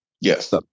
yes